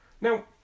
Now